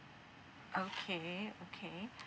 okay okay